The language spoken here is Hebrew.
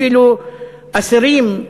אפילו אסירים,